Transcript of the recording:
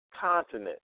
continent